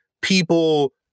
people